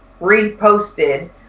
reposted